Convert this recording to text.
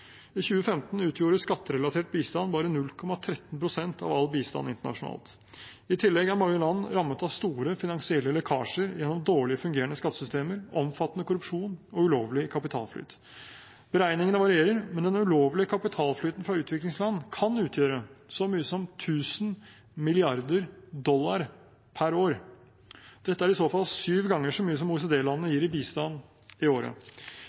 I 2015 utgjorde skatterelatert bistand bare 0,13 pst. av all bistand internasjonalt. I tillegg er mange land rammet av store finansielle lekkasjer gjennom dårlig fungerende skattesystemer, omfattende korrupsjon og ulovlig kapitalflyt. Beregningene varierer, men den ulovlige kapitalflyten fra utviklingsland kan utgjøre så mye som 1 000 mrd. dollar per år. Dette er i så fall syv ganger så mye som OECD-landene gir i bistand i året.